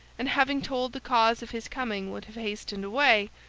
and having told the cause of his coming would have hastened away,